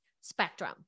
spectrum